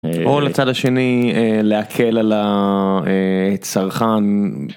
או לצד השני להקל על הצרכן.